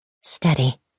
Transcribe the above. Steady